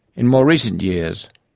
in more recent years,